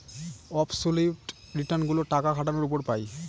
absolute return গুলো টাকা খাটানোর উপর পাই